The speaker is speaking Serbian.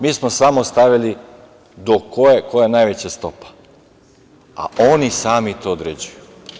Mi smo samo stavili koja je najveća stopa, a oni sami to određuju.